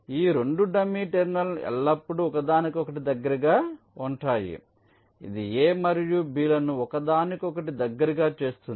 ఈ 2 dummy terminals ఎల్లప్పుడూ ఒకదానికొకటి దగ్గరగా ఉంటాయి ఇది A మరియు B లను ఒకదానికొకటి దగ్గరగా చేస్తుంది